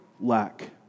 lack